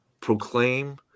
proclaim